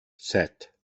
set